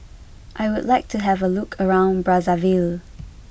I would like to have a look around Brazzaville